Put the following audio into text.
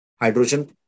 hydrogen